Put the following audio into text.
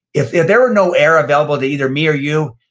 if yeah there were no air available to either me or you,